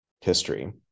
history